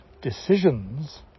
decisions